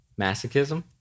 masochism